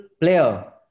player